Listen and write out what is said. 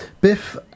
Biff